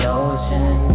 ocean